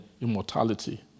immortality